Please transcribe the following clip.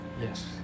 Yes